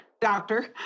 Doctor